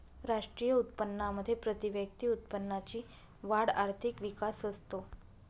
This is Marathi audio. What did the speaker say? राष्ट्रीय उत्पन्नामध्ये प्रतिव्यक्ती उत्पन्नाची वाढ आर्थिक विकास असतो